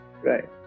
Right